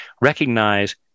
recognize